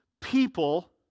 people